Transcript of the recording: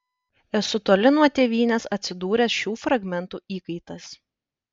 esu toli nuo tėvynės atsidūręs šių fragmentų įkaitas